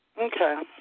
Okay